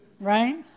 right